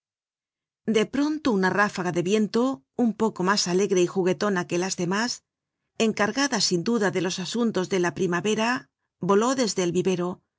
de pronto una ráfaga de viento un poco mas alegre y juguetona que las demás encargada sin duda de los asuntos de la primavera voló desde el vivero